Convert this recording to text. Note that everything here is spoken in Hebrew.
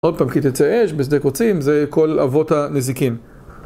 עוד פעם כי תצא אש בשדה קוצים זה כל אבות הנזיקין